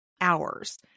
hours